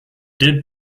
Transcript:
did